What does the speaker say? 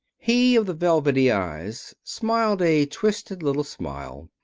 he of the velvety eyes smiled a twisted little smile.